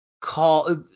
call –